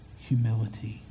humility